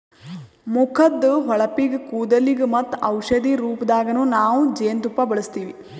ಮುಖದ್ದ್ ಹೊಳಪಿಗ್, ಕೂದಲಿಗ್ ಮತ್ತ್ ಔಷಧಿ ರೂಪದಾಗನ್ನು ನಾವ್ ಜೇನ್ತುಪ್ಪ ಬಳಸ್ತೀವಿ